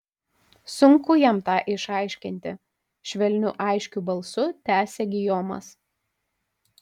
sunku jam tą išaiškinti švelniu aiškiu balsu tęsė gijomas